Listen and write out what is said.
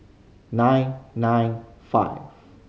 nine nine five